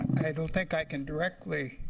i don't think i can directly